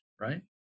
right